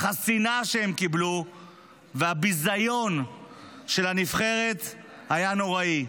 אך השנאה שהם קיבלו והביזיון של הנבחרת היה נוראי.